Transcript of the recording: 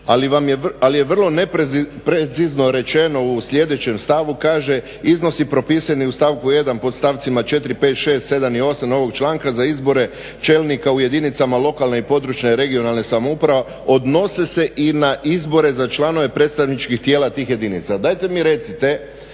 vam je, vrlo je neprecizno rečeno u sljedećem stavu kaže, iznosi propisani u stavku 1. po stavcima 4.,5.,6.,7. i 8. ovog članka za izbore čelnika u jedinicama lokalne i područne, regionalne samouprave odnose se i na izbore za članove predstavničkih tijela tih jedinica. Dajte mi recite